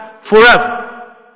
forever